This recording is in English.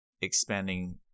expanding